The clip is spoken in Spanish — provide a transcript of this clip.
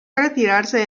retirarse